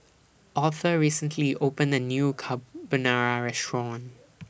Author recently opened A New Carbonara Restaurant